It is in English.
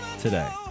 today